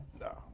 No